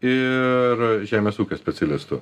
ir žemės ūkio specialistų